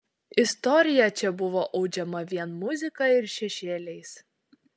istorija čia buvo audžiama vien muzika ir šešėliais